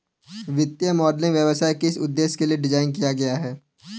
वित्तीय मॉडलिंग व्यवसाय किस उद्देश्य के लिए डिज़ाइन किया गया है?